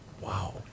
Wow